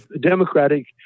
democratic